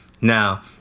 Now